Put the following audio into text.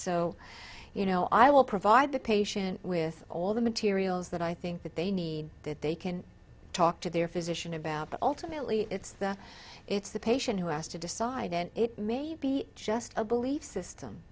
so you know i will provide the patient with all the materials that i think that they need that they can talk to their physician about but ultimately it's that it's the patient who has to decide and it may be just a belief system